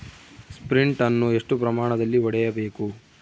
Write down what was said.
Sprint ಅನ್ನು ಎಷ್ಟು ಪ್ರಮಾಣದಲ್ಲಿ ಹೊಡೆಯಬೇಕು?